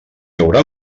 haurà